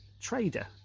trader